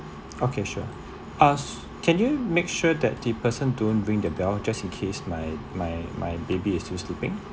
okay sure uh can you make sure that the person don't ring the bell just in case my my my baby is still sleeping